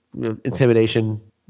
intimidation